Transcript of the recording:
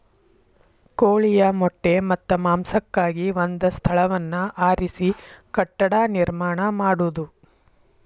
ಕೋಳಿಯ ಮೊಟ್ಟೆ ಮತ್ತ ಮಾಂಸಕ್ಕಾಗಿ ಒಂದ ಸ್ಥಳವನ್ನ ಆರಿಸಿ ಕಟ್ಟಡಾ ನಿರ್ಮಾಣಾ ಮಾಡುದು